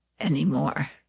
anymore